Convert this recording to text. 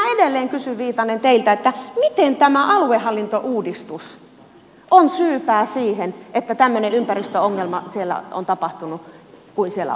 minä edelleen kysyn viitanen teiltä miten tämä aluehallintouudistus on syypää siihen että tämmöinen ympäristöongelma siellä on tapahtunut kuin siellä on